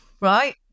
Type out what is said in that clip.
right